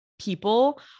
people